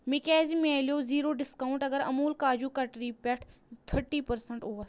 مےٚ کیٛازِ ملیٚو زیٖرو ڈسکَاونٛٹ اگر اموٗل کاجوٗ کٹری پٮ۪ٹھ تھٔٹی پٔرسنٹ اوس